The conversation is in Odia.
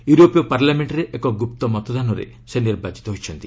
ୟୁରୋପୀୟ ପାର୍ଲାମେଣ୍ଟରେ ଏକ ଗୁପ୍ତ ମତଦାନରେ ସେ ନିର୍ବାଚିତ ହୋଇଛନ୍ତି